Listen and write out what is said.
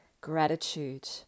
Gratitude